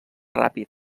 ràpid